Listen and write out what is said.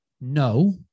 no